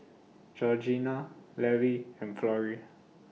Georgianna Levi and Florrie